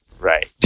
right